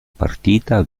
partita